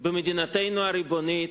במדינתנו הריבונית,